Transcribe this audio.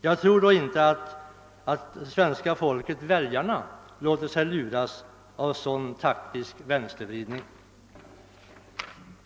Jag tror dock inte att svenska folket-väljarna låter sig luras av en sådan taktisk vänstervridning.